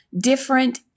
different